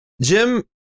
Jim